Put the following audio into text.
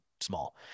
small